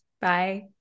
bye